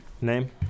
Name